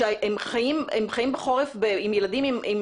אין כמעט בית בישראל שאין בו מזגן.